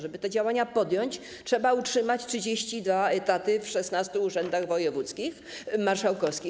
Żeby te działania podjąć, trzeba utrzymać 32 etaty w 16 urzędach marszałkowskich.